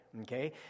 okay